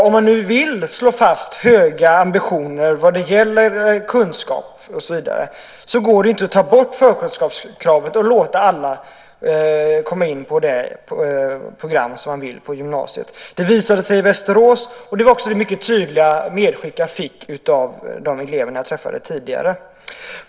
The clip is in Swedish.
Om man vill ha höga ambitioner i fråga om kunskap går det inte att ta bort förkunskapskravet och låta alla komma in på vilket program som helst på gymnasiet. Det visade sig i Västerås, och det var också det mycket tydliga medskick som jag fick av de elever som jag träffade tidigare.